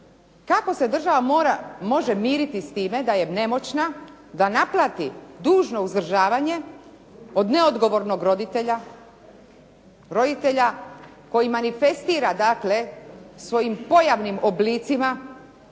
kako se država mora, može miriti s time da je nemoćna, da naplati dužno uzdržavanje od neodgovornog roditelja, roditelja koji manifestira dakle svojim pojavnim oblicima,